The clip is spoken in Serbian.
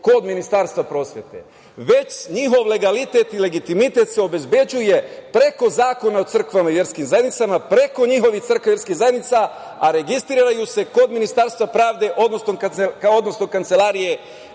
kod Ministarstva prosvete, već njihov legalitet i legitimitet se obezbeđuje preko Zakona o crkvama i verskim zajednicama, preko njihovih crkava i verskih zajednica, a registruju se kod Ministarstva pravde odnosno Kancelarije